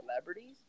celebrities